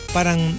Parang